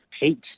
hate